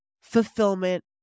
fulfillment